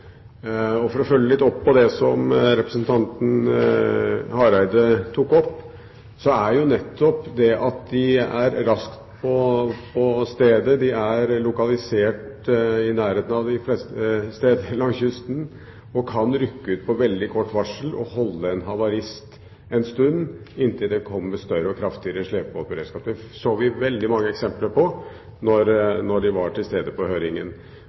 For å følge opp noe av det som representanten Hareide tok opp, er det nettopp slik at de er raskt på stedet fordi de er lokalisert de fleste steder langs kysten og kan rykke ut på veldig kort varsel og holde en havarist en stund, inntil det kommer større og kraftigere slepebåter til. Det fikk vi veldig mange eksempler på da de var til stede på høringen.